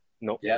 No